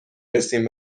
رسیم